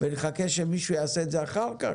ונחכה שמישהו יעשה את זה אחר כך,